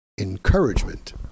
encouragement